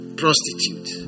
prostitute